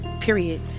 Period